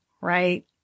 right